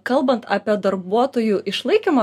kalbant apie darbuotojų išlaikymą